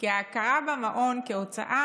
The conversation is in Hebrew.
כי ההכרה במעון כהוצאה